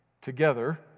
Together